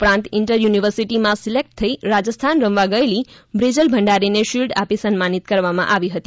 ઉપરાંત ઇન્ટર યુનિવર્સિટીમાં સિલેક્ટ થઇ રાજસ્થાન રમવા ગયેલી બ્રિજલ ભંડારીને શિલ્ડ આપી સન્માનિત કરવામાં આવી હતી